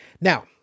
Now